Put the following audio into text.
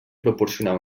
proporcionar